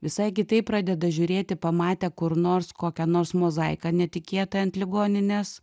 visai kitaip pradeda žiūrėti pamatę kur nors kokią nors mozaiką netikėtai ant ligoninės